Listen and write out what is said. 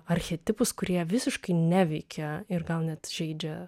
archetipus kurie visiškai neveikia ir gal net žeidžia